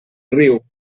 riu